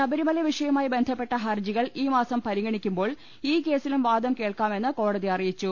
ശബ രിമല വിഷയവുമായി ബന്ധപ്പെട്ട് ഹർജികൾ ഈ മാസം പരിഗണിക്കു മ്പോൾ ഈ കേസിലും വാദം കേൾക്കാമെന്ന് കോടതി അറിയിച്ചു